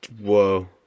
Whoa